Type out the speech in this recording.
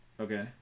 Okay